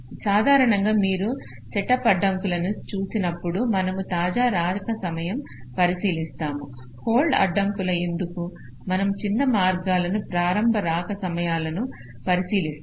సాధారణంగా మీరు సెటప్ అడ్డంకులను చూసినప్పుడు మనము తాజా రాక సమయాలను పరిశీలిస్తాము హోల్డ్ అడ్డంకుల ఎందుకు మనము చిన్న మార్గాలను ప్రారంభ రాక సమయాలను పరిశీలిస్తాము